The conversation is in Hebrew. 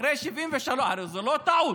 אחרי 73, הרי זו לא טעות.